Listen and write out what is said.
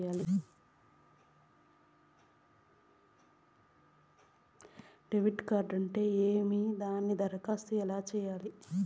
debit card అంటే ఏమి దానికి దరఖాస్తు ఎలా సేయాలి